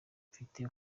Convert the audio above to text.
mfite